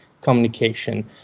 communication